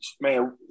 man